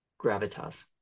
gravitas